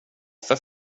för